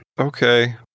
Okay